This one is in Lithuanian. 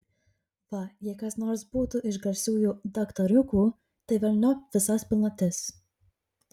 va jei kas nors būtų iš garsiųjų daktariukų tai velniop visas pilnatis